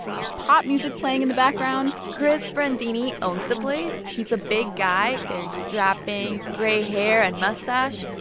there's pop music playing in the background kris brandini owns the place. he's a big guy, very strapping gray hair and mustache,